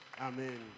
amen